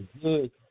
good